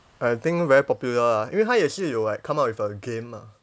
I think very popular ah 因为它也是有 like come up with a game